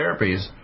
therapies